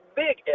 big